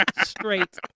straight